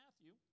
Matthew